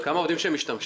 כמה עובדים משתמשים?